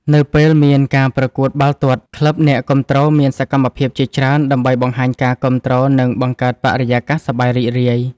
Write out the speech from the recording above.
នៅពេលមានការប្រកួតបាល់ទាត់ ក្លឹបអ្នកគាំទ្រមានសកម្មភាពជាច្រើន ដើម្បីបង្ហាញការគាំទ្រនិងបង្កើតបរិយាកាសសប្បាយរីករាយ។